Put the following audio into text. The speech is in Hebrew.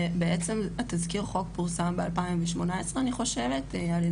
בעצם התזכיר חוק פורסם ב- 2018 אני חושבת על-ידי